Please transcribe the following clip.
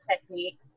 technique